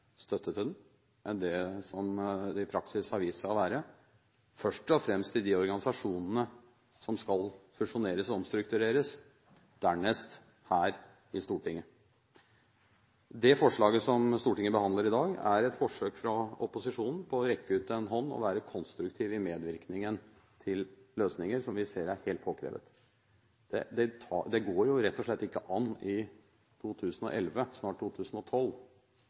den enn det som det i praksis har vist seg å være, først og fremst i de organisasjonene som skal fusjoneres og omstruktureres, dernest her i Stortinget. Det forslaget som Stortinget behandler i dag, er et forsøk fra opposisjonen på å rekke ut en hånd og være konstruktive i medvirkningen til løsninger, som vi ser er helt påkrevet. Det går rett og slett ikke an i 2011, snart 2012,